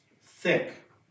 thick